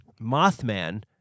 Mothman